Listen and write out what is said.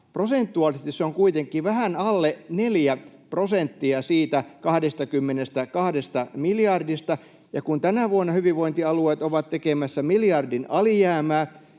Prosentuaalisesti se on kuitenkin vähän alle neljä prosenttia siitä 22 miljardista. Ja kun tänä vuonna hyvinvointialueet ovat tekemässä miljardin alijäämää